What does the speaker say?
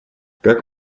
как